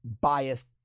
biased